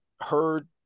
heard